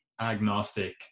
agnostic